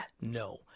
no